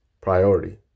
Priority